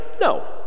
No